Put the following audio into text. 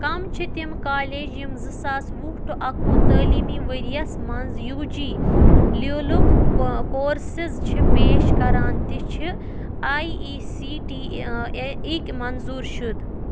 کم چھِ تِم کالج یِم زٕ ساس وُہ ٹُو اکوُہ تعلیٖمی ؤرۍ یِس مَنٛز یوٗ جی لیولُک کورسِز چھِ پیش کران تہِ چھِ آی ای سی ٹی اِک منظوٗر شُد؟